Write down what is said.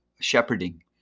shepherding